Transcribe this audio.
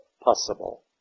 possible